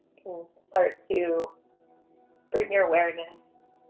start to bring your awareness